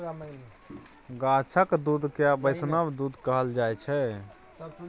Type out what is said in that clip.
गाछक दुध केँ बैष्णव दुध कहल जाइ छै